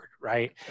right